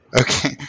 okay